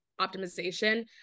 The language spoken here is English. optimization